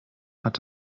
hat